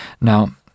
Now